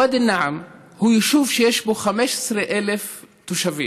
ואדי א-נעם הוא יישוב שיש בו 15,000 תושבים.